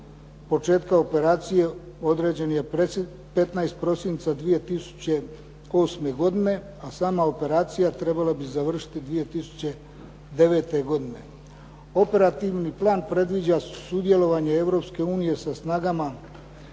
početka operacije određen je 15. prosinca 2008. godine, a sama operacija trebala bi završiti 2009. godine. Operativni plan predviđa sudjelovanje Europske